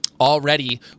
Already